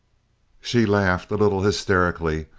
she laughed, a little hysterically,